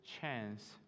chance